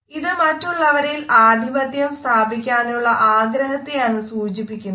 ഇത് മറ്റുള്ളവരിൽ ആധിപത്യം സ്ഥാപിക്കാനുള്ള ആഗ്രഹത്തെയാണ് സൂചിപ്പിക്കുന്നത്